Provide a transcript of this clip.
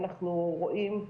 ואנחנו רואים,